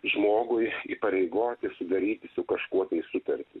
žmogui įpareigoti sudaryti su kažkuo tai sutartį